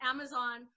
Amazon